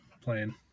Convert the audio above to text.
playing